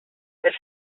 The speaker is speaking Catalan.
per